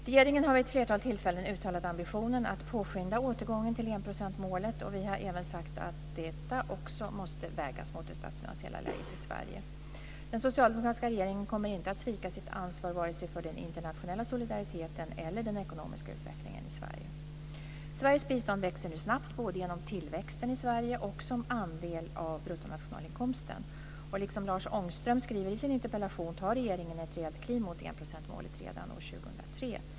Regeringen har vid ett flertal tillfällen uttalat ambitionen att påskynda återgången till enprocentsmålet. Vi har även sagt att detta också måste vägas mot det statsfinansiella läget i Sverige. Den socialdemokratiska regeringen kommer inte att svika sitt ansvar vare sig för den internationella solidariteten eller den ekonomiska utvecklingen i Sverige. Sveriges bistånd växer nu snabbt, både genom tillväxten i Sverige och som andel av bruttonationalinkomsten. Liksom Lars Ångström skriver i sin interpellation, tar regeringen ett rejält kliv mot enprocentsmålet redan år 2003.